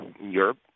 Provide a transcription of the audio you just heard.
Europe